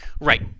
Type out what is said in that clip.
Right